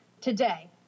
Today